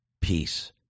peace